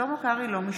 (קוראת בשמות חברי הכנסת) שלמה קרעי, אינו משתתף